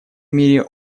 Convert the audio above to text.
мере